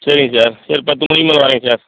சரிங்க சார் ஒரு பத்து மணிக்கு மேல் வரேங்க சார்